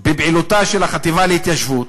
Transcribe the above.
בפעילותה של החטיבה להתיישבות: